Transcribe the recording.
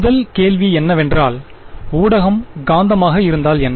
முதல் கேள்வி என்னவென்றால் ஊடகம் காந்தமாக இருந்தால் என்ன